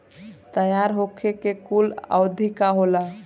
तैयार होखे के कूल अवधि का होला?